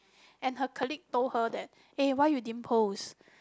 and her colleague told her that eh why you didn't post